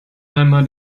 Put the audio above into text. einmal